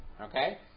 okay